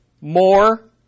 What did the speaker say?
More